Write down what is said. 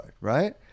right